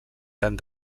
tant